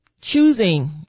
choosing